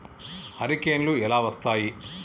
హరికేన్లు ఎలా వస్తాయి?